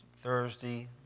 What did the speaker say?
Thursday